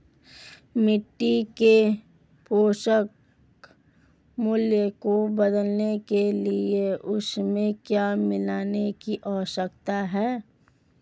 मिट्टी के पोषक मूल्य को बढ़ाने के लिए उसमें क्या मिलाने की आवश्यकता है?